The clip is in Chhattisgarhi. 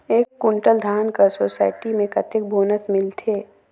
एक कुंटल धान कर सोसायटी मे कतेक बोनस मिलथे?